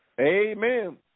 amen